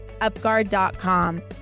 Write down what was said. UpGuard.com